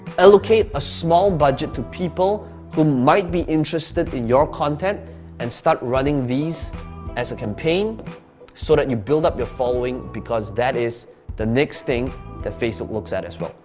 allocate a small budget to people who might be interested in your content and start running these as a campaign so that you build up your following, because that is the next thing that facebook looks at as well.